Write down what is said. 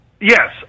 Yes